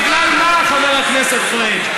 בגלל מה, חבר הכנסת פריג'?